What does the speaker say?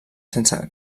sense